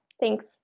thanks